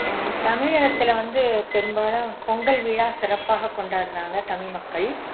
எனக்கு தமிழகத்தில் வந்து பெரும்பாலும் பொங்கல் விழா சிறப்பாக கொண்டாடுறாங்க தமிழ் மக்கள்